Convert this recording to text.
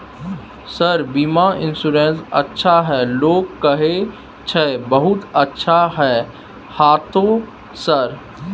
Sir बीमा insurance अच्छा है लोग कहै छै बहुत अच्छा है हाँथो सर?